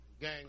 Gang